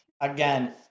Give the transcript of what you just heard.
again